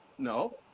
no